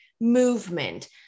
movement